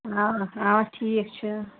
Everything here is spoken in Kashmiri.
اَوا اَوا ٹھیٖک چھُ